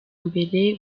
mbere